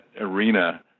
arena